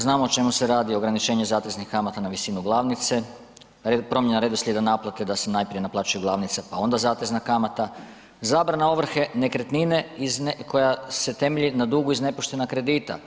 Znamo o čemu se radi o ograničenju zateznih kamata na visinu glavnice, promjena redoslijeda naplate da se najprije naplaćuje glavnica pa onda zatezna kamata, zabrana ovrhe nekretnine koja se temelji na dugu iz nepoštena kredita.